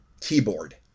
keyboard